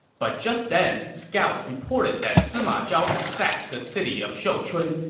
but just then, scouts reported that sima zhao had sacked the city of shouchun,